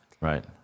Right